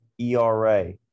ERA